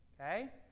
okay